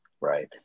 right